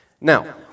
Now